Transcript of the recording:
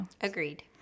Agreed